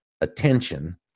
attention